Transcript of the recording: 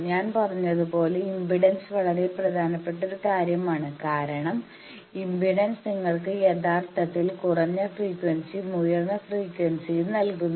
ഞാൻ പറഞ്ഞതുപോലെ ഇംപെഡൻസ് വളരെ പ്രധാനപ്പെട്ട ഒരു കാര്യമാണ് കാരണം ഇംപെഡൻസ് നിങ്ങൾക്ക് യഥാർത്ഥത്തിൽ കുറഞ്ഞ ഫ്രീക്വൻസിയും ഉയർന്ന ഫ്രീക്വൻസിയും നൽകുന്നു